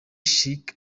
sheikh